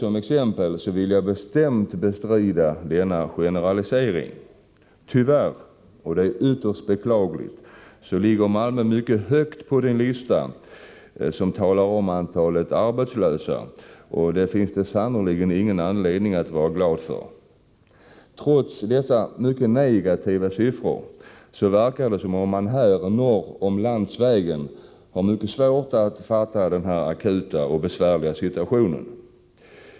För Malmös del vill jag bestämt bestrida denna generalisering. Tyvärr ligger Malmö kommun mycket högt på listan över antalet arbetslösa, och detta finns det ingen anledning vara glad för. Trots dessa negativa siffror verkar det ändå som om man ”norr om landsvägen” har svårt att fatta den akuta situationen.